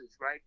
right